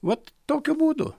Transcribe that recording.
vat tokiu būdu